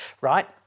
right